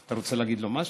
אתה רוצה להגיד לו משהו?